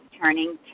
turning